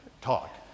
talk